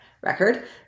record